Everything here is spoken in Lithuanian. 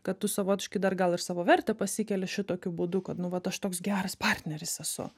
kad tu savotiškai dar gal ir savo vertę pasikeli šitokiu būdu kad nu vat aš toks geras partneris esu